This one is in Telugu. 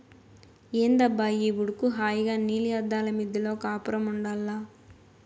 ఏందబ్బా ఈ ఉడుకు హాయిగా నీలి అద్దాల మిద్దెలో కాపురముండాల్ల